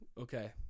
Okay